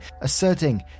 asserting